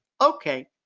okay